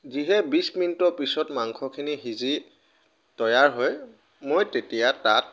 যিহে বিছ মিনিটৰ পিছত মাংসখিনি সিজি তৈয়াৰ হয় মই তেতিয়া তাত